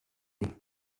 gołębi